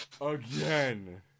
Again